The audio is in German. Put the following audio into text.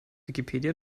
wikipedia